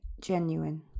genuine